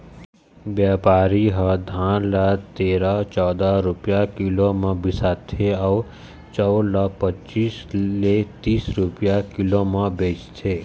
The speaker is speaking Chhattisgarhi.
बेपारी ह धान ल तेरा, चउदा रूपिया किलो म बिसाथे अउ चउर ल पचीस ले तीस रूपिया किलो म बेचथे